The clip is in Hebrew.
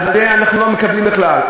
את זה אנחנו לא מקבלים בכלל.